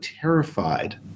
terrified